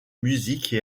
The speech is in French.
musique